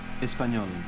español